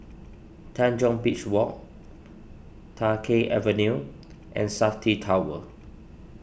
Tanjong Beach Walk Tai Keng Avenue and Safti Tower